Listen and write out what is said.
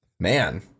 Man